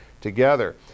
together